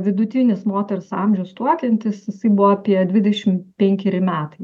vidutinis moters amžius tuokiantis jisai buvo apie dvidešimt penkeri metai